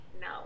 no